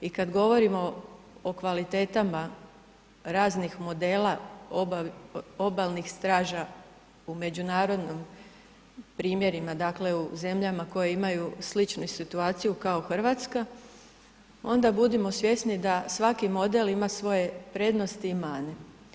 I kada govorimo o kvalitetama raznih modela obalnih straža u međunarodnim primjerima, dakle u zemljama koje imaju sličnu situaciju kao Hrvatska onda budimo svjesni da svaki model ima svoje prednosti i mane.